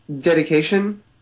dedication